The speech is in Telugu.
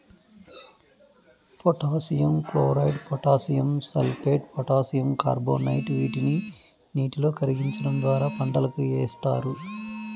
potassium chloride, potassium sulphate, potassium carbonate వీటిని నీటిలో కరిగించడం ద్వారా పంటలకు ఏస్తారు